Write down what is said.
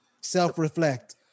self-reflect